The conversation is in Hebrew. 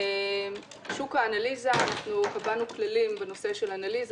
שוק האנליזה קבענו כללים בנושא של אנליזה.